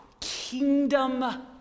kingdom